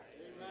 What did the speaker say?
Amen